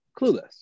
Clueless